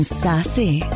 sassy